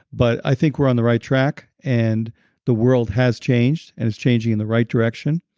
but i think we're on the right track and the world has changed, and it's changing in the right direction,